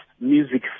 music